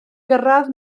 gyrraedd